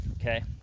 Okay